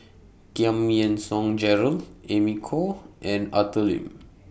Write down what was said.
Giam Yean Song Gerald Amy Khor and Arthur Lim